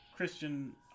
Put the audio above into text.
Christian